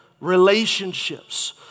relationships